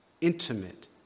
intimate